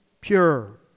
pure